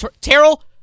Terrell